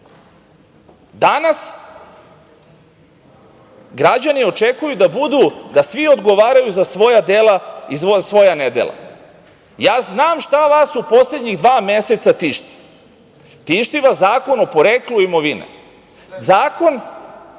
Danas građani očekuju da svi odgovaraju za svoja dela i svoja nedela. Ja znam šta vas u poslednja dva meseca tišti. Tišti vas Zakon o poreklu imovine. Zakon